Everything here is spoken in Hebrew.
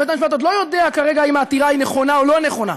בית-המשפט עוד לא יודע כרגע אם העתירה היא נכונה או לא נכונה.